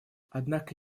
однако